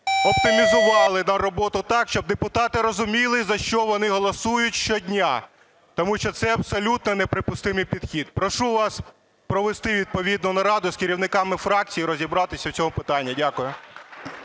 оптимізували роботу так, щоб депутати розуміли, за що вони голосують щодня, тому що це абсолютно неприпустимий підхід. Прошу вас провести відповідну нараду з керівниками фракцій і розібратись у цьому питанні. Дякую.